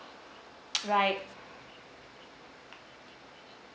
right